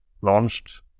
launched